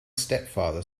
stepfather